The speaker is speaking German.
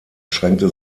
schränkte